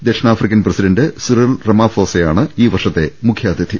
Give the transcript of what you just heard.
ദക്ഷിണാഫ്രിക്കൻ president Cyril റമാഫോസയാണ് ഈ വർഷത്തെ മുഖ്യാതിഥി